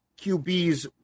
QBs